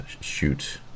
shoot